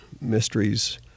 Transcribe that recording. mysteries